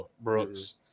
Brooks